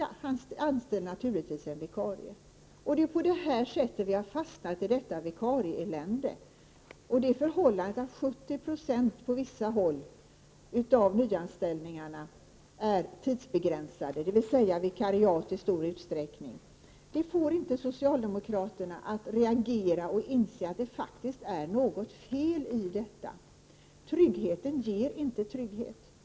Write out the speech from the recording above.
Han anställer naturligtvis en vikarie. Det är på det här sättet vi har fastnat i detta vikarieelände. Det förhållandet att på vissa håll 70 90 av nyanställningarna är tidsbegränsade, dvs. i stor utsträckning vikariat, får inte socialdemokraterna att reagera och inse att något faktiskt är fel. Tryggheten ger inte trygghet!